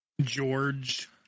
George